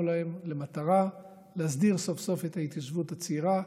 להם למטרה להסדיר סוף-סוף את ההתיישבות הצעירה.